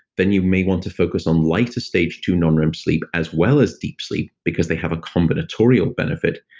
then you may want to focus on lighter stage two non-rem sleep, as well as deep sleep, because they have a combinatorial benefit.